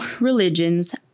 religions